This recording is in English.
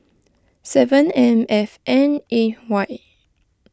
seven M F N A Y